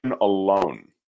alone